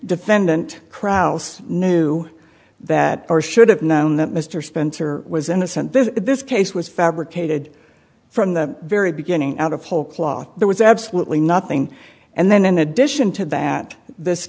defendant krauss knew that or should have known that mr spencer was innocent this this case was fabricated from the very beginning out of whole cloth there was absolutely nothing and then in addition to that this